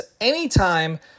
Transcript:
anytime